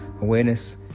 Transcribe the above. awareness